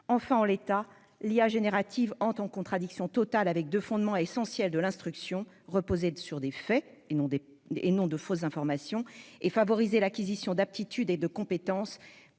Enfin, en l'état, l'usage d'IA génératives est contradictoire avec deux fondements essentiels de l'instruction, qui doit reposer sur des faits- et non de fausses informations -et favoriser l'acquisition d'aptitudes et de compétences